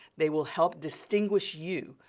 they will help distinguish you,